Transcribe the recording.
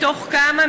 מתוך כמה?